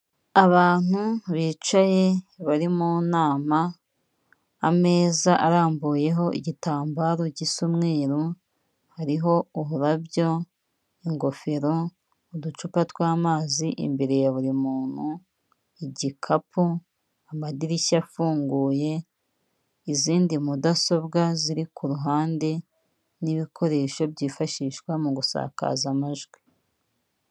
Abantu bicaye bari mu nama. Ameza arambuyeho igitambaro gisa umweru; hariho uburabyo, ingofero, uducupa tw'amazi imbere ya buri muntu, igikapu, amadirishya afunguye, izindi mudasobwa ziri ku ruhande, n'ibikoresho byifashishwa mu gusakaza amajwi.